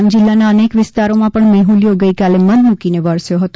ડાંગ જિલ્લાના અનેક વિસ્તારોમાં પણ મેહુલીયો ગઈકાલે મન મૂકીને વરસી પડ્યો હતો